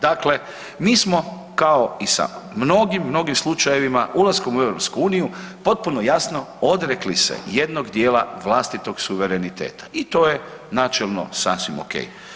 Dakle, mi smo kao i sa mnogim, mnogim slučajevima ulaskom u EU, potpuno jasno odrekli se jednog djela vlastitog suvereniteta i to je načelno sasvim ok.